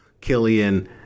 Killian